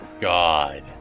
God